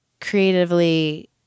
creatively